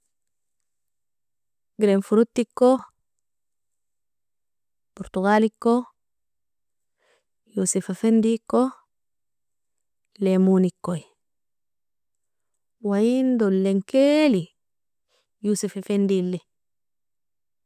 Jarinfrut iko, bortogal iko, yuosif afindi iko, lemon ikoi, wa ien dolenkeli yuosif afindile.